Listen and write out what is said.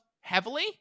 heavily